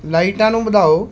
ਲਾਈਟਾਂ ਨੂੰ ਵਧਾਓ